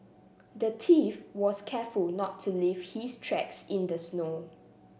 the thief was careful not to leave his tracks in the snow